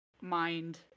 mind